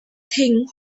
thing